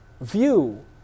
view